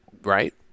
Right